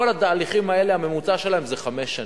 כל התהליכים האלה, הממוצע שלהם זה חמש שנים.